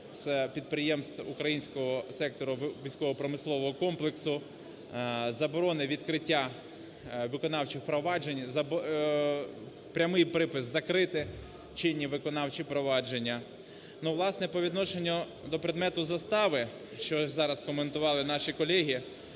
з підприємств українського сектору військово-промислового комплексу, заборону відкриття виконавчих проваджень , прямий припис закрити чинні виконавчі провадження. Ну, власне, по відношенню до предмету застави, що зараз коментували наші колеги.